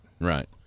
right